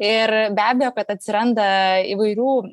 ir be abejo kad atsiranda įvairių